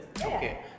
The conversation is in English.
okay